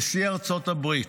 נשיא ארצות הברית,